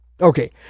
Okay